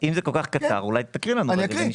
אם זה כל-כך קצר אז אולי תקריא לנו ונשמע.